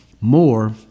More